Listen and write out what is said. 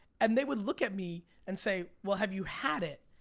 and they would look at me and say, well, have you had it?